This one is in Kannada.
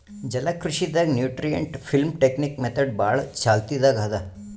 ಜಲಕೃಷಿ ದಾಗ್ ನ್ಯೂಟ್ರಿಯೆಂಟ್ ಫಿಲ್ಮ್ ಟೆಕ್ನಿಕ್ ಮೆಥಡ್ ಭಾಳ್ ಚಾಲ್ತಿದಾಗ್ ಅದಾ